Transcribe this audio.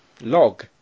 Log